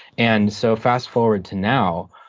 and so fast forward to now,